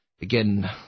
Again